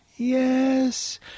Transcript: Yes